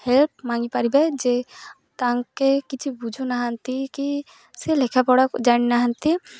help ମାଗିପାରିବେ ଯେ ତାଙ୍କେ କିଛି ବୁଝୁନାହାନ୍ତି କି ସେ ଲେଖାପଢ଼ା ଜାଣିନାହାନ୍ତି